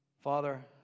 Father